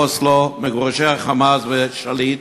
אוסלו, מגורשי ה"חמאס" ושליט,